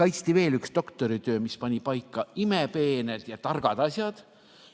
kaitsti veel üks doktoritöö, mis pani paika imepeened ja targad asjad,